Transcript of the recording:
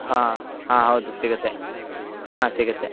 ಹಾಂ ಹಾಂ ಹೌದು ಸಿಗುತ್ತೆ ಹಾಂ ಸಿಗುತ್ತೆ